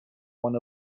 one